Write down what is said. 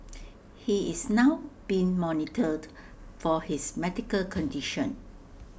he is now being monitored for his medical condition